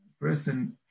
person